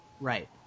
Right